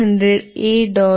begin SIM900A